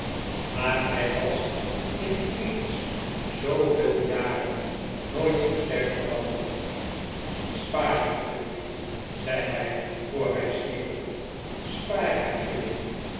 maar hij was in eens zooveel jaren nooit zoo sterk veranderd spaar hem chuffey zei hij voor hij stierf spaar hem